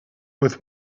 with